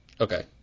Okay